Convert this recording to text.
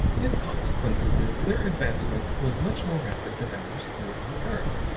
in consequence of this their advancement was much more rapid than ours here on the earth,